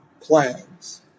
plans